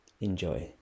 enjoy